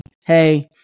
hey